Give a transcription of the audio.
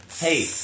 Hey